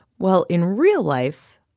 well, in real life,